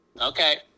Okay